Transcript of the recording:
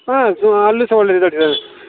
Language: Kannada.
ಹಾಂ ಹಾಂ ಅಲ್ಲಿ ಸಹ ಒಳ್ಳೆ ರಿಸಲ್ಟ್ ಇದೆ